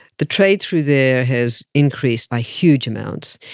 the trade through there has increased by huge amounts.